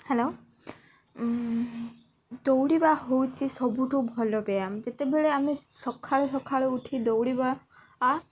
hello ଦୌଡ଼ିବା ହେଉଛି ସବୁଠୁ ଭଲ ବ୍ୟାୟାମ ଯେତେବେଳେ ଆମେ ସକାଳୁ ସକାଳୁ ଉଠି ଦୌଡ଼ିବା